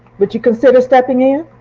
would you consider stepping in?